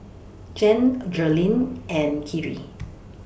Jan Jerilynn and Khiry